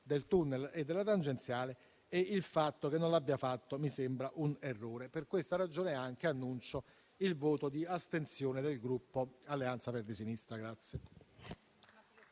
del tunnel e della tangenziale e il fatto che non lo abbia fatto mi sembra un errore. Per queste ragioni annuncio il voto di astensione del Gruppo Alleanza Verdi e Sinistra.